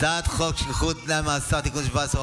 הצעת חוק שחרור על תנאי ממאסר (תיקון מס' 17,